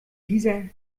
dieser